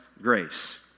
grace